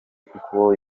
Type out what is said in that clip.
kuko